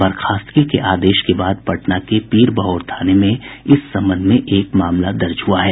बर्खास्तगी के आदेश के बाद पटना के पीरबहोर थाने में इस संबंध में एक मामला दर्ज हुआ है